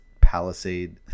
Palisade